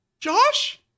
Josh